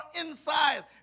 inside